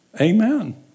Amen